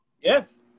Yes